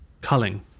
culling